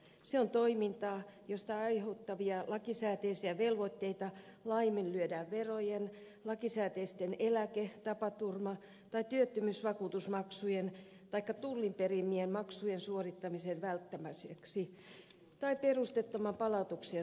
se on toimintaa josta aiheutuvia lakisääteisiä velvoitteita laiminlyödään verojen lakisääteisten eläke tapaturma tai työttömyysvakuutusmaksujen taikka tullin perimien maksujen suorittamisen välttämiseksi tai perusteettoman palautuksen saamiseksi